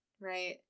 Right